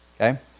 okay